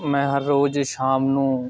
ਮੈਂ ਹਰ ਰੋਜ਼ ਸ਼ਾਮ ਨੂੰ